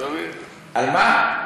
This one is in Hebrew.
על מה?